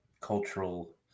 cultural